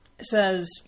says